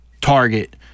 target